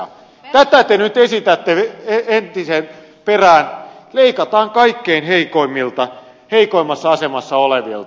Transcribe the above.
tätä te nyt esitätte entisen perään leikataan kaikkein heikoimmilta heikoimmassa asemassa olevilta